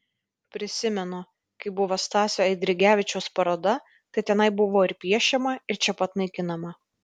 prisimenu kai buvo stasio eidrigevičiaus paroda tai tenai buvo ir piešiama ir čia pat naikinama